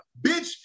Bitch